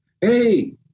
Hey